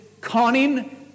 conning